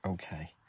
Okay